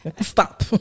stop